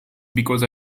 because